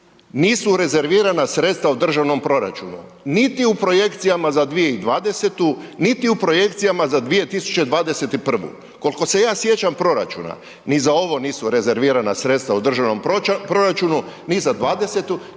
nisu rezervirana sredstva u državnom proračunu, niti u projekcijama za 2020. niti u projekcijama za 2021. Koliko se ja sjećam proračuna, ni za ovo nisu rezervirana sredstva u državnom proračunu ni za '20.